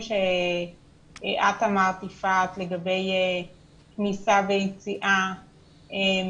שאת אמרת יפעת לגבי כניסה ויציאה